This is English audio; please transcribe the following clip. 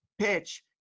PITCH